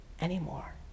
anymore